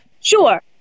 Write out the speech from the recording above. Sure